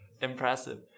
Impressive